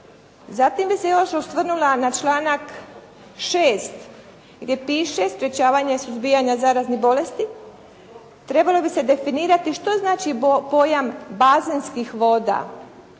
Zatim bih se još osvrnula na članak 6. gdje piše sprečavanje suzbijanja zaraznih bolesti. Trebao bi se definirati što znači pojam bazenskih voda